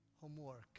homework